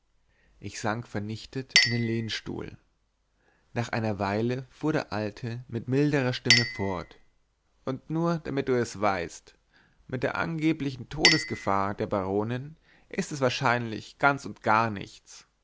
ich sank vernichtet in den lehnstuhl nach einer weile fuhr der alte mit milderer stimme fort und damit du es nur weißt mit der angeblichen todesgefahr der baronin ist es wahrscheinlich ganz und gar nichts